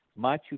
Machu